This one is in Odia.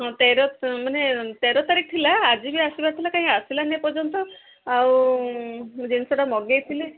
ହଁ ତେର ମାନେ ତେର ତାରିଖ ଥିଲା ଆଜି ବି ଆସିବାର ଥିଲା କାଇଁ ଆସିଲାନି ଏପର୍ଯ୍ୟନ୍ତ ଆଉ ଜିନିଷଟା ମଗେଇଥିଲି